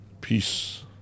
Peace